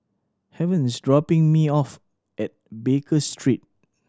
Haven is dropping me off at Baker Street